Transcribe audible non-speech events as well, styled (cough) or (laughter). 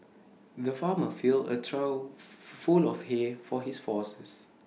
the farmer filled A trough (noise) full of hay for his horses